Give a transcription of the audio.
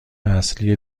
اصلی